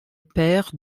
père